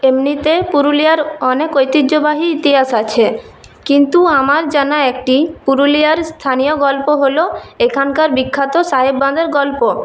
এমনিতে পুরুলিয়ার অনেক ঐতিহ্যবাহী ইতিহাস আছে কিন্তু আমার জানা একটি পুরুলিয়ার স্থানীয় গল্প হল এখানকার বিখ্যাত সাহেব বাঁধের গল্প